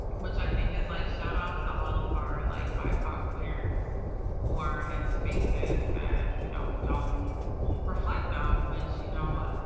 which i think is like shout out to all of our like bipoc queers who are in spaces that, you know, don't reflect them, um which, you know,